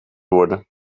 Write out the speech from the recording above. worden